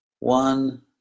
One